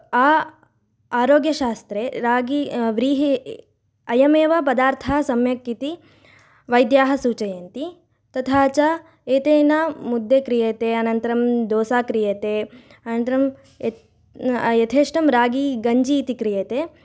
आ आरोग्यशास्त्रे रागी व्रीही अयमेव पदार्थः सम्यक् इति वैद्याः सूचयन्ति तथा च एतेन मुद्दे क्रियते अनन्तरं दोसा क्रियते अनन्त्रं यत् यथेष्टं रागी गञ्जी इति क्रियते